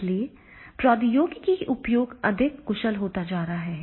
इसलिए प्रौद्योगिकी का उपयोग अधिक कुशल होता जा रहा है